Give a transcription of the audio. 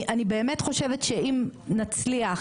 אני באמת חושבת שאם נצליח,